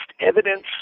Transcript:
evidence